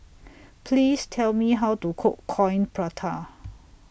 Please Tell Me How to Cook Coin Prata